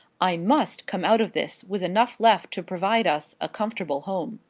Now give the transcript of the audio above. i must come out of this with enough left to provide us a comfortable home.